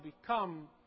become